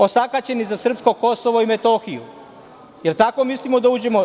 Osakaćeni za srpsko Kosovo i Metohiju, jel tako mislimo da uđemo?